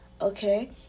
Okay